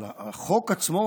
אבל החוק עצמו,